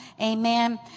Amen